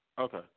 Okay